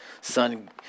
son